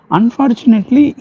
Unfortunately